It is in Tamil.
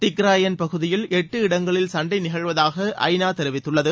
திக்ராயன் பகுதியில் எட்டு இடங்களில் சண்டை நிகழுவதாக ஐ நா தெரிவித்துள்ளது